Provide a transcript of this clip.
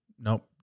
nope